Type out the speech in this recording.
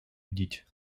йдіть